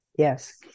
Yes